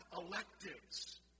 electives